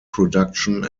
production